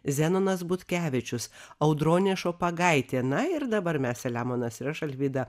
zenonas butkevičius audronė šopagaitė na ir dabar mes selemonas ir aš alvyda